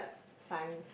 science